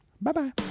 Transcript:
Bye-bye